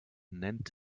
nennt